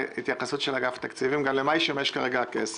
התייחסות של אגף תקציבים, גם למה ישמש כרגע הכסף.